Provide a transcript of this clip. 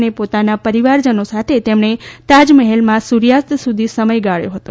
અને પોતાના પરિવારજનો સાથે તેમણે તાજમહાલમાં સૂર્યાસ્ત સુધી સમય ગાળ્યો હતો